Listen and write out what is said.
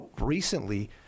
recently